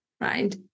Right